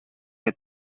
que